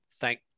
thank